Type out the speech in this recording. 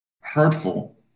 hurtful